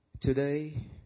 Today